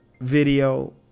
video